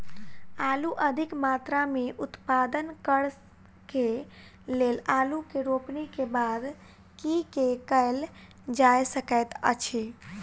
आलु अधिक मात्रा मे उत्पादन करऽ केँ लेल आलु केँ रोपनी केँ बाद की केँ कैल जाय सकैत अछि?